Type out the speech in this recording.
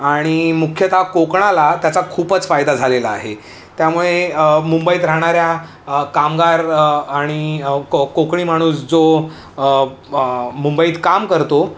आणि मुख्यतः कोकणाला त्याचा खूपच फायदा झालेला आहे त्यामुळे मुंबईत राहणाऱ्या कामगार आणि कोकणी माणूस जो मुंबईत काम करतो